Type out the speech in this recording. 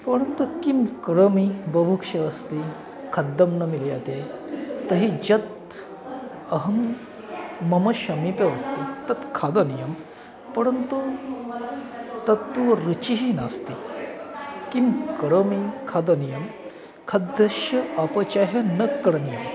परन्तु किं करोमि बुभुक्षा अस्ति खाद्यं न मिलति तर्हि यत् अहं मम समीपे अस्ति तत् खादनीयं परन्तु तत्तु रुचिः नास्ति किं करोमि खादनीयं खाद्यस्य अपचयः न करणीयम्